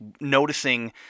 noticing